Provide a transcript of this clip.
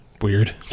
weird